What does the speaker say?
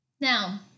Now